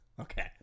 Okay